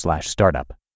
startup